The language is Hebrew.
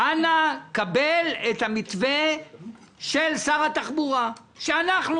אנא קבל את המתווה של שר התחבורה שאנחנו,